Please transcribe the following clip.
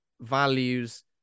Values